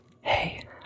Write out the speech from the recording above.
Hey